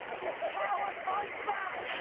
you coward fight back!